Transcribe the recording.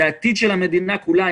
אלא זה העתיד של המדינה כולה.